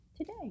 today